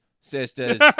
sisters